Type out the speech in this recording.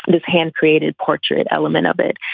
and his hand created portrait element of it.